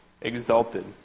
exalted